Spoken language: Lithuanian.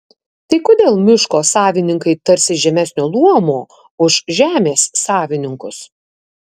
tai kodėl miško savininkai tarsi žemesnio luomo už žemės savininkus